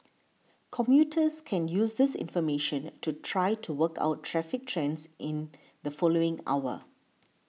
commuters can use this information to try to work out traffic trends in the following hour